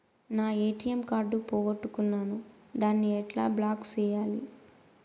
నా ATM card పోగొట్టుకున్నాను, దాన్ని ఎట్లా బ్లాక్ సేయాలి?